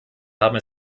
haben